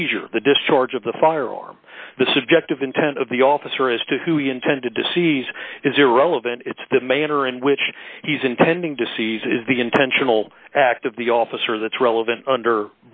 seizure the discharge of the firearm the subject of intent of the officer as to who you intended to seize is irrelevant it's the manner in which he's intending to seize is the intentional act of the officer that's relevant under